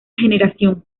generación